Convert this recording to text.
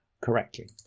correctly